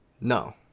No